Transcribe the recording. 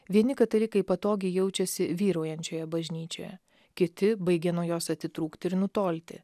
vieni katalikai patogiai jaučiasi vyraujančioje bažnyčioje kiti baigia nuo jos atitrūkti ir nutolti